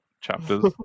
chapters